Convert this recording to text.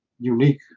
unique